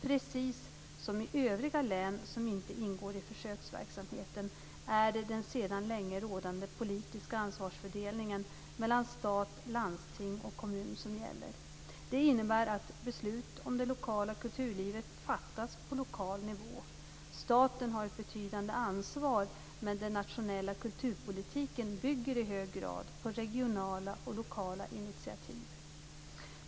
Precis som i övriga län som inte ingår i försöksverksamheten, är det den sedan länge rådande politiska ansvarsfördelningen mellan stat, landsting och kommun som gäller. Det innebär att beslut om det lokala kulturlivet fattas på lokal nivå. Staten har ett betydande ansvar men den nationella kulturpolitiken bygger i hög grad på regionala och lokala initiativ.